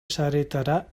sareetara